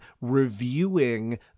reviewing